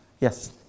Yes